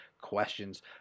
questions